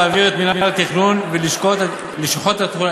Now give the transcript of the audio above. להעביר את מינהל התכנון ולשכות התכנון